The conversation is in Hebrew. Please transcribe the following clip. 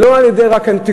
לא רק על-ידי התקשורת,